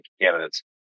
candidates